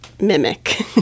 mimic